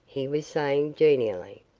he was saying genially.